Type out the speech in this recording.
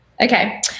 Okay